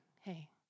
hey